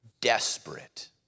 Desperate